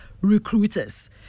recruiters